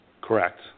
Correct